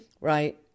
right